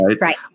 Right